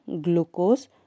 glucose